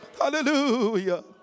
hallelujah